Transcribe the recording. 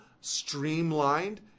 streamlined